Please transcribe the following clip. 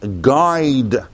guide